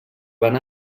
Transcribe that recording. van